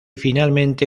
finalmente